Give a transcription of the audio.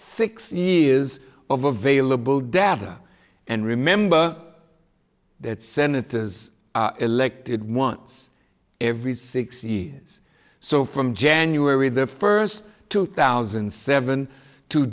six years of available data and remember that senators elected once every six years so from january the first two thousand and seven to